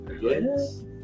Yes